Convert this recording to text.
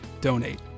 donate